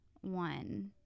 one